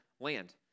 land